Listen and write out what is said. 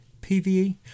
PVE